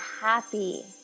happy